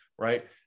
Right